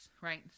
right